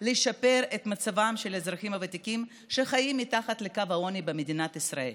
את מצבם של האזרחים הוותיקים שחיים מתחת לקו העוני במדינת ישראל.